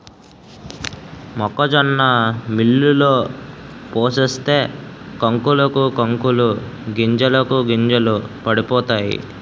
మొక్కజొన్న మిల్లులో పోసేస్తే కంకులకు కంకులు గింజలకు గింజలు పడిపోతాయి